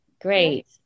Great